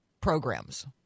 programs